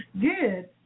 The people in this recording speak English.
Good